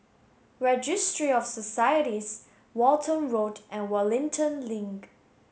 Registry of Societies Walton Road and Wellington Link